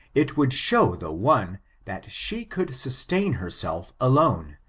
it would show the one that she could sustain herself alone,